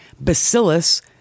bacillus